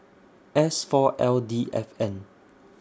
S four L D F N